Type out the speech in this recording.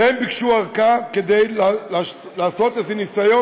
והם ביקשו ארכה כדי לעשות איזה ניסיון